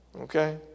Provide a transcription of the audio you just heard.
Okay